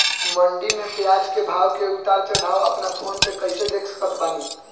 मंडी मे प्याज के भाव के उतार चढ़ाव अपना फोन से कइसे देख सकत बानी?